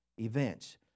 events